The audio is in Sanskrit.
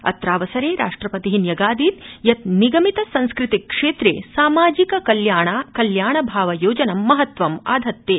अत्रावसरे राष्ट्रपति न्यगादीद् यत् निगमित संस्कृति क्षेत्रे सामाजिक कल्याण भाव योजनम् महत्वमाधत्ते